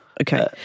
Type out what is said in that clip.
Okay